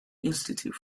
institute